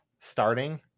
Starting